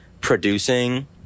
producing